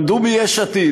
למדו מיש עתיד,